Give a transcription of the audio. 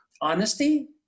honesty